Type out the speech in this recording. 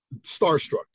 starstruck